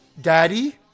Daddy